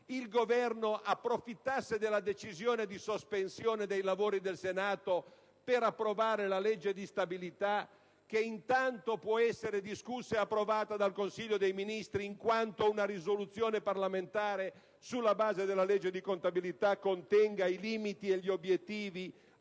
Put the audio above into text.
il Governo approfittasse della decisione di sospensione dei lavori del Senato per approvare la legge di stabilità, la quale, in tanto può essere discussa e approvata dal Consiglio dei ministri, in quanto una risoluzione parlamentare, sulla base della legge di contabilità, contenga i limiti e gli obiettivi